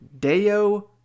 Deo